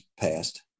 passed